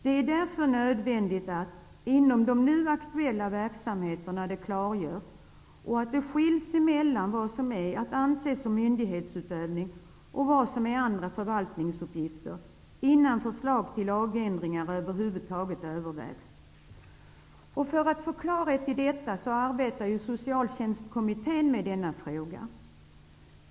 Det är därför nödvändigt att denna fråga klargörs inom de nu aktuella verksamheterna och att det görs en skillnad mellan vad som är att anse som myndighetsutövning och vad som är andra förvaltningsuppgifter innan förslag till lagändringar över huvud taget övervägs. Socialtjänstkommittén arbetar med att få klarhet i denna fråga.